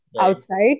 outside